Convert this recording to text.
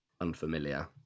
unfamiliar